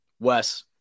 Wes